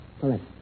Correct